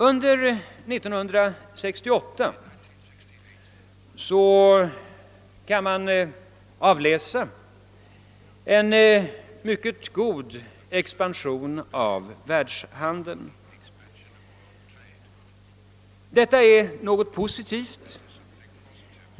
Under 1968 uppnåddes en mycket god expansion av världshandeln, kan vi utläsa, vilket är en positiv utveckling.